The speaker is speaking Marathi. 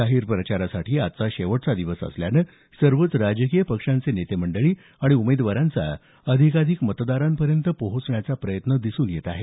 जाहीर प्रचारासाठी आजचा शेवटचा दिवस असल्यानं सर्वच राजकीय पक्षांचे नेते मंडळी आणि उमेदवारांचा अधिकाधिक मतदारांपर्यंत पोहोचण्याचा प्रयत्न दिसून येत आहे